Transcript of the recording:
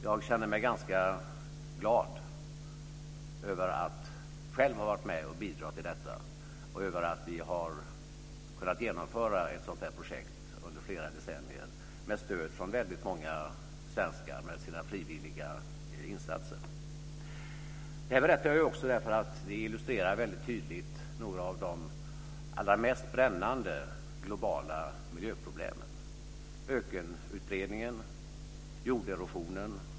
Jag känner mig ganska glad över att själv ha varit med och bidragit till detta. Jag känner mig glad över att vi har kunnat genomföra ett sådant här projekt under flera decennier med stöd från många svenskar med sina frivilliga insatser. Detta berättar jag också därför att det tydligt illustrerar någon av de allra mest brännande globala miljöproblemen såsom ökenutbredningen och jorderosionen.